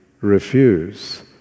refuse